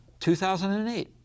2008